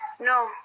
No